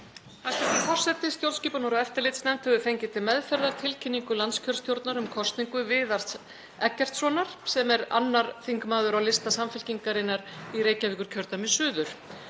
Hæstv. forseti. Stjórnskipunar- og eftirlitsnefnd hefur fengið til meðferðar tilkynningu landskjörstjórnar um kosningu Viðars Eggertssonar sem er 2. þingmaður á lista Samfylkingarinnar í Reykjavíkurkjördæmi suður.